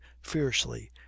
fiercely